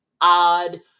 odd